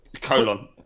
Colon